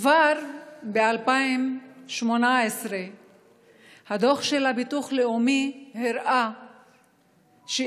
כבר ב-2018 הדוח של הביטוח הלאומי הראה שאחד